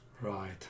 Right